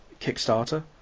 kickstarter